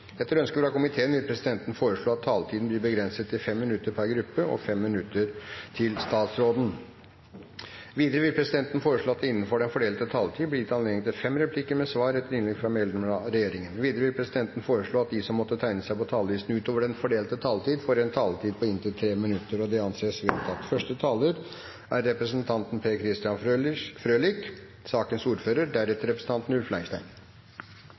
Etter ønske fra kommunal- og forvaltningskomiteen vil presidenten foreslå at taletiden blir begrenset til 5 minutter til hver gruppe og 5 minutter til statsråden. Videre vil presidenten foreslå at det blir gitt anledning til seks replikker med svar etter innlegg fra medlemmer av regjeringen innenfor den fordelte taletid. Videre vil presidenten foreslå at de som måtte tegne seg på talerlisten utover den fordelte taletid, får en taletid på inntil 3 minutter. – Det anses vedtatt.